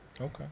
Okay